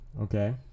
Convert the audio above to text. Okay